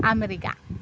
America